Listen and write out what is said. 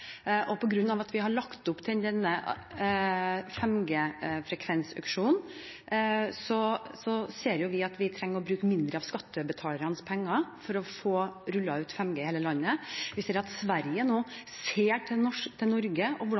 at vi har lagt opp til denne 5G-frekvensauksjonen, ser vi at vi trenger å bruke mindre av skattebetalernes penger for å få rullet ut 5G i hele landet. Vi ser at Sverige nå ser til Norge og hvordan